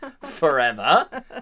forever